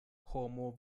homo